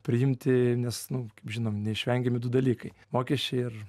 priimti nes nu kaip žinom neišvengiami du dalykai mokesčiai ir